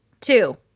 two